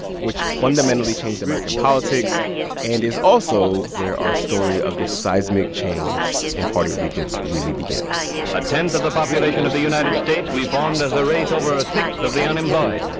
which fundamentally changed american politics and is also where our story of this seismic change in party allegiance really begins a tenth of the population of the united states we formed as a race over a sixth of the unemployed.